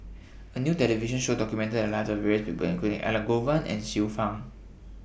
A New television Show documented The Lives of various People including Elangovan and Xiu Fang